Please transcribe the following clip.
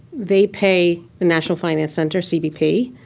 they pay the national finance center cbp.